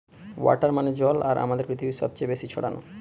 water মানে জল আর আমাদের পৃথিবীতে সবচে বেশি ছড়ানো